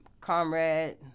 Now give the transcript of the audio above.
Comrade